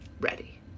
ready